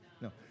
no